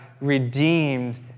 redeemed